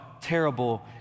terrible